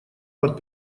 под